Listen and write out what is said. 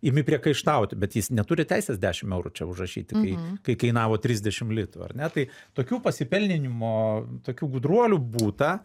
imi priekaištauti bet jis neturi teisės dešim eurų čia užrašyti kai kai kainavo trisdešim litų ar ne tai tokių pasipelninimo tokių gudruolių būta